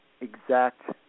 exact